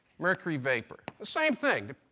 mercury vapor. the same thing.